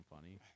funny